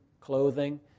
clothing